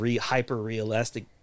hyper-realistic